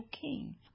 king